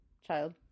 child